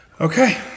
Okay